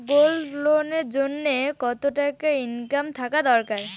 Gold loan এর জইন্যে কতো টাকা ইনকাম থাকা দরকার?